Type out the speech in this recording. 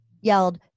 yelled